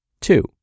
Two